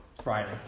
Friday